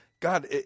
God